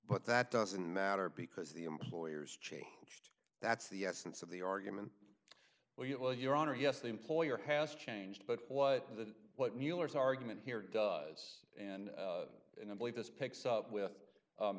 but that doesn't matter because the employers changed that's the essence of the argument well yeah well your honor yes the employer has changed but what the what mueller's argument here does and and i believe this picks up with